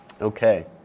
Okay